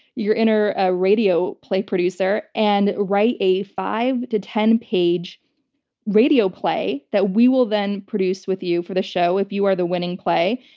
your inner ah radio play producer, and write a five to ten page radio play that we will then produce with you for the show if you are the winning play.